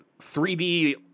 3D